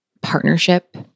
partnership